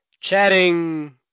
Chatting